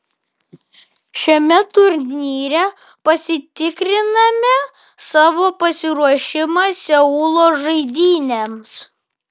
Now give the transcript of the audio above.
šiame turnyre pasitikriname savo pasiruošimą seulo žaidynėms